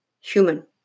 human